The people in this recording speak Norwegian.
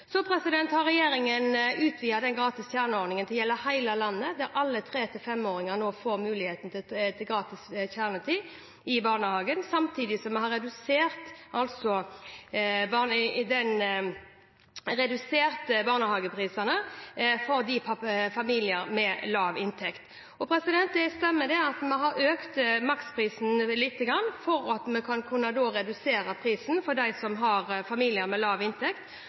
Så har regjeringen utvidet ordningen med gratis kjernetid til å gjelde hele landet, der alle 3–5-åringer nå får mulighet til gratis kjernetid i barnehagen, samtidig som vi har redusert barnehageprisene for familier med lav inntekt. Det stemmer at vi har økt maksprisen lite grann for å kunne redusere prisen for familier med lav inntekt. Det overrasker meg i grunnen at Arbeiderpartiet kritiserer dette, og jeg håper de ikke har